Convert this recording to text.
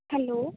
hello